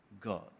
God